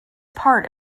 part